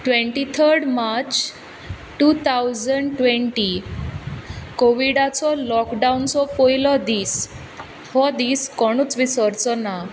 twenty third March two thousand twenty कोविडाचो लोकडावनचो पयलो दीस हो दीस कोणूच विसरचो ना